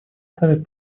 ставит